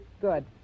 Good